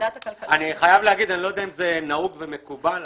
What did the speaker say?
בוועדת הפנים היו לנו תקנות,